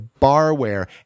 barware